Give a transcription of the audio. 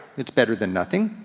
it's better than nothing.